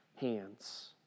hands